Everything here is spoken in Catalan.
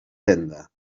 tenda